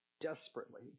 desperately